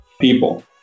people